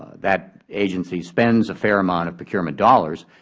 that agency spends a fair amount of procurement dollars.